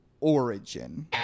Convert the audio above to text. Origin